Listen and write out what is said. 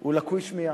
הוא לקוי שמיעה,